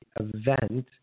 event